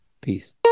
peace